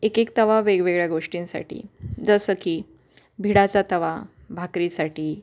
एक एक तवा वेगवेगळ्या गोष्टींसाठी जसं की भिडाचा तवा भाकरीसाठी